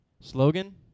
slogan